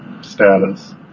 status